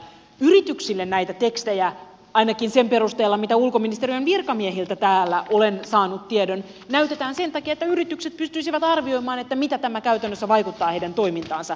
yrityksille näitä tekstejä ainakin sen perusteella mistä ulkoministeriön virkamiehiltä täällä olen saanut tiedon näytetään sen takia että yritykset pystyisivät arvioimaan miten tämä käytännössä vaikuttaa heidän toimintaansa